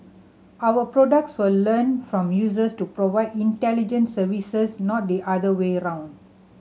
our products will learn from users to provide intelligent services not the other way around